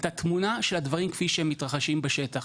את התמונה של הדברים כפי שהם מתרחשים בשטח.